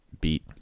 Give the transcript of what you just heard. beat